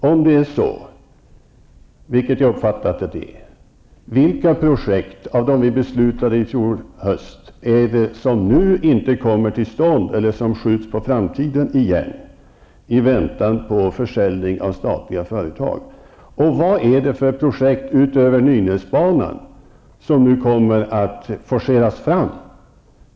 Om det är så, vilket jag har uppfattat att det är, vilka av de projekt som beslutades om i fjol höst är det som nu inte kommer till stånd eller som återigen skjuts på framtiden i väntan på utförsäljning av statliga företag? Vad är det för projekt utöver Nynäsbanan som nu skall forceras fram?